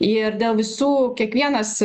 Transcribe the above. ir dėl visų kiekvienas